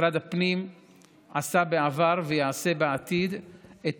משרד הפנים עשה בעבר ויעשה בעתיד את